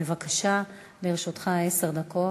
בבקשה, לרשותך עשר דקות.